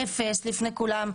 אפס לפני כולם,